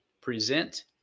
present